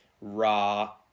raw